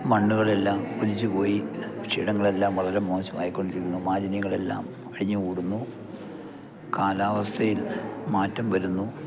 മണ്ണുകളെല്ലാം ഒലിച്ച് പോയികൃഷിയിടങ്ങളെല്ലാം വളരെ മോശമായിക്കൊണ്ടിരിക്കുന്നു മാലിന്യങ്ങളെല്ലാം അടിഞ്ഞ് കൂടുന്നു കാലാവസ്ഥയിൽ മാറ്റം വരുന്നു